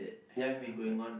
ya ya correct